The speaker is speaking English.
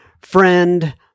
friend